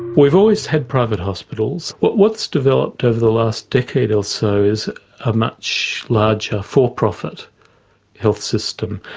we've always had private hospitals, but what's developed over the last decade or so is a much larger for-profit health system,